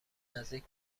نزدیک